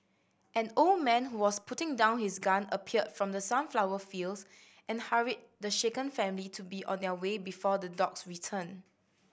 an old man who was putting down his gun appeared from the sunflower fields and hurried the shaken family to be on their way before the dogs return